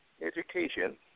education